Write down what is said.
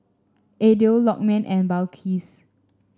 Aidil Lokman and Balqis